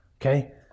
Okay